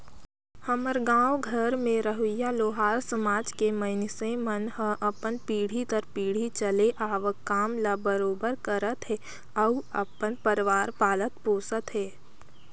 हमर गाँव घर में रहोइया लोहार समाज के मइनसे मन ह अपन पीढ़ी दर पीढ़ी चले आवक काम ल बरोबर करत हे अउ अपन परवार पालत पोसत हे